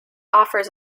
offers